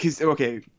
okay